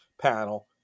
panel